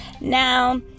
Now